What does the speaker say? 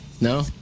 No